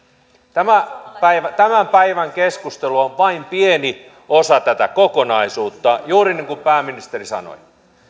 tämän päivän keskustelu on vain pieni osa tätä kokonaisuutta juuri niin kuin pääministeri sanoi